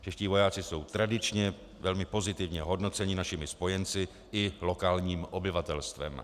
Čeští vojáci jsou tradičně velmi pozitivně hodnoceni našimi spojenci i lokálním obyvatelstvem.